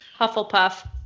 Hufflepuff